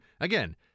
again